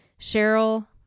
Cheryl